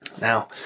Now